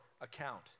account